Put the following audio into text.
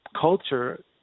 culture